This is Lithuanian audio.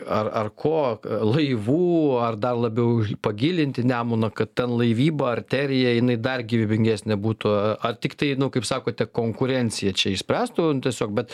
ar ar ko laivų ar dar labiau pagilinti nemuną kad ten laivyba arterija jinai dar gyvybingesnė būtų ar tiktai nu kaip sakote konkurencija čia išspręstų tiesiog bet